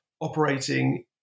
operating